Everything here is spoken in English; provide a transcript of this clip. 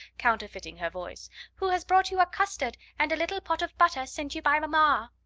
counterfeiting her voice who has brought you a custard and a little pot of butter sent you by mamma.